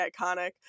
iconic